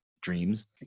dreams